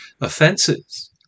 offences